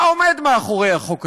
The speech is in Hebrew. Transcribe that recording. מה עומד מאחורי החוק הזה?